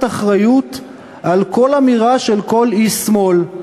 אחריות על כל אמירה של כל איש שמאל,